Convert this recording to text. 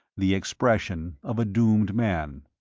the expression of a doomed man.